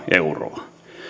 euroa